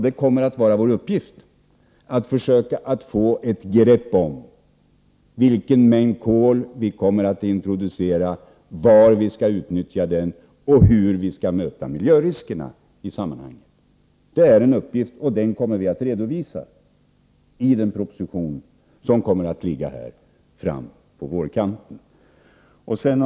Det är nu vår uppgift att försöka få ett grepp om vilken mängd kol vi skall introducera, var vi skall utnyttja kolet och hur vi skall möta miljöriskerna i sammanhanget. Det är en uppgift som vi kommer att redovisa i den proposition som vi avser att lägga fram för riksdagen på vårkanten.